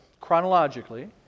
chronologically